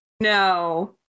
No